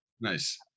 Nice